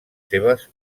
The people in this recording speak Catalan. seves